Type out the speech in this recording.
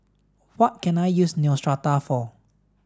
what can I use Neostrata for